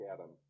Adam